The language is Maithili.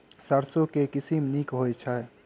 सैरसो केँ के किसिम नीक होइ छै?